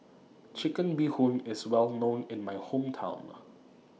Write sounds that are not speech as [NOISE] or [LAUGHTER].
Chicken Bee Hoon IS Well known in My Hometown [NOISE]